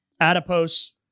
adipose